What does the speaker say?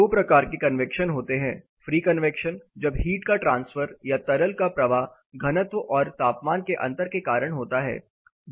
दो प्रकार के कन्वैक्शन होते हैं फ्री कन्वैक्शन जब हीट का ट्रांसफर या तरल का प्रवाह घनत्व और तापमान के अंतर के कारण होता है